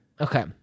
Okay